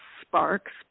sparks